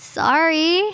sorry